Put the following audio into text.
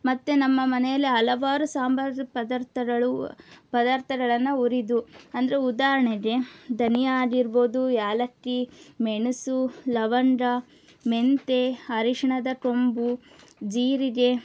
ಮತ್ತೆ ನಮ್ಮ ಮನೆಯಲ್ಲಿ ಹಲವಾರು ಸಾಂಬಾರು ಪದಾರ್ಥಗಳು ಪದಾರ್ಥಗಳನ್ನು ಹುರಿದು ಅಂದರೆ ಉದಾಹರ್ಣೆಗೆ ಧನಿಯಾ ಆಗಿರ್ಬೋದು ಏಲಕ್ಕಿ ಮೆಣಸು ಲವಂಗ ಮೆಂತ್ಯೆ ಅರಿಶಿನದ ಕೊಂಬು ಜೀರಿಗೆ